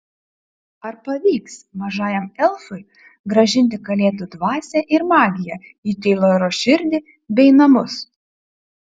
ar pavyks mažajam elfui grąžinti kalėdų dvasią ir magiją į teiloro širdį bei namus